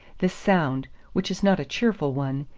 this sound, which is not a cheerful one,